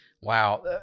Wow